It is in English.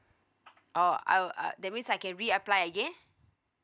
oh I'll uh that means I can reapply again